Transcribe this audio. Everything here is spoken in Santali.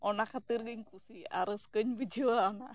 ᱚᱱᱟ ᱠᱷᱟᱹᱛᱤᱨ ᱜᱤᱧ ᱠᱩᱥᱤᱭᱟᱜᱼᱟ ᱨᱟᱹᱥᱠᱟᱹᱧ ᱵᱩᱡᱷᱟᱹᱣᱟ